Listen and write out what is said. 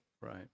right